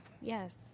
Yes